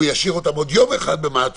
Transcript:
הוא ישאיר אותם עוד יום אחד במעצר